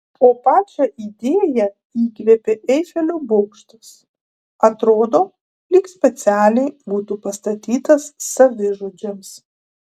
o pačią idėją įkvėpė eifelio bokštas atrodo lyg specialiai būtų pastatytas savižudžiams